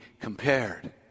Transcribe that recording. compared